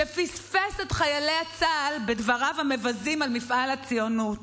שפספס את חיילי צה"ל בדבריו המבזים על מפעל הציונות